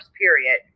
period